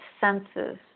senses